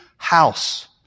House